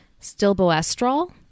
stilboestrol